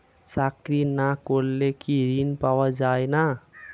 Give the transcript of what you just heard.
চাকরি না করলে কি ঋণ পাওয়া যায় না?